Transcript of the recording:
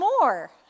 more